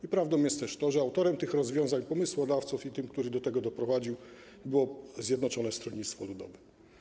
I prawdą jest też to, że autorem tych rozwiązań, pomysłodawcą, ugrupowaniem, które do tego doprowadziło, było Zjednoczone Stronnictwo Ludowe.